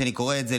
כשאני קורא את זה,